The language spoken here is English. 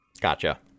Gotcha